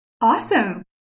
Awesome